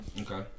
Okay